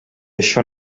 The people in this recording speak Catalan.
això